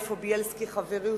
איפה בילסקי חברי?